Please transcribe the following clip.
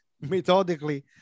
methodically